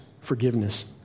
forgiveness